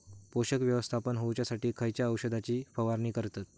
पोषक व्यवस्थापन होऊच्यासाठी खयच्या औषधाची फवारणी करतत?